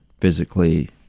physically